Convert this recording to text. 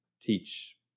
teach